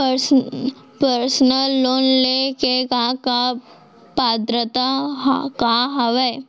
Personal loan ले के का का पात्रता का हवय?